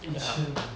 ya